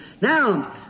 Now